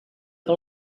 que